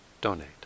donate